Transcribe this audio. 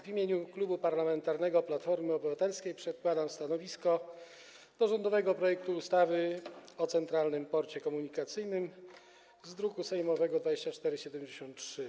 W imieniu Klubu Parlamentarnego Platformy Obywatelskiej przedkładam stanowisko wobec rządowego projektu ustawy o Centralnym Porcie Komunikacyjnym z druku sejmowego nr 2473.